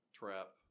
trap